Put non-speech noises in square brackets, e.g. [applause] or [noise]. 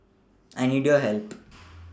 I need your help [noise]